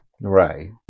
Right